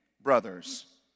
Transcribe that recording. brothers